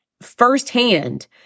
firsthand